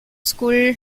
school